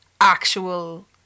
actual